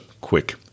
quick